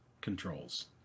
controls